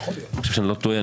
אני חושב שאני לא טועה,